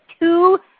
Two